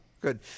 Good